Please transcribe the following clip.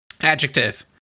Adjective